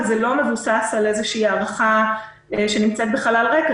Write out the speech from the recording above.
זה לא מבוסס על איזו הערכה שנמצאת בחלל ריק,